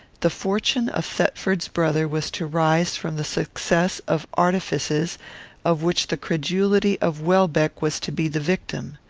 the fortune of thetford's brother was to rise from the success of artifices of which the credulity of welbeck was to be the victim.